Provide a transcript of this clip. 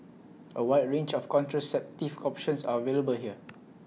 A wide range of contraceptive options are available here